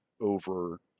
over